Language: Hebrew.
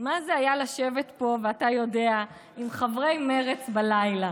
מה זה היה לשבת פה, ואתה יודע, עם חברי מרצ בלילה,